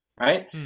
right